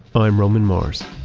i'm roman mars